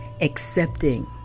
accepting